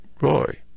Roy